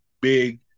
big